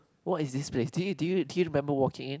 what is this place did you did you remember walking in